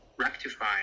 rectify